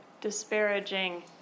disparaging